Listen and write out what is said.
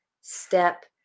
step